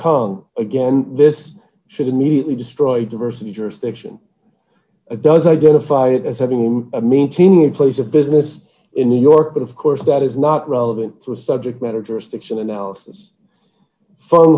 kong again this should immediately destroy diversity jurisdiction does identified as having a meeting in place of business in new york but of course that is not relevant to the subject matter jurisdiction analysis fun